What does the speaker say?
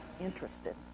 interested